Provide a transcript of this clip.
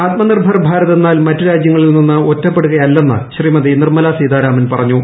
ആത്മനിർഭർ ഭാരത് എന്നാൽ മറ്റ് രാജ്യങ്ങളിൽ നിന്ന് ഒറ്റപ്പെടുകയല്ലെന്ന് ശ്രീമതി നിർമലാ സീതാരാമൻ പറഞ്ഞു